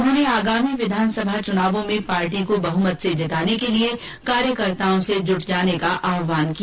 उन्होंने ऑगामी विधानसभा चुनावों में पार्टी को बहमत से जिताने के लिए कार्यकर्ताओं से जूट जाने का आहवान किया